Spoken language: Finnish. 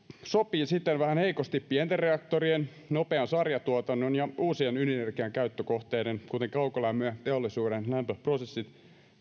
sopivat siten vähän heikosti pienten reaktorien nopean sarjatuotannon ja uusien ydinenergian käyttökohteiden kuten kaukolämmön ja teollisuuden lämpöprosessien